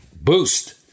Boost